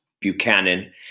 Buchanan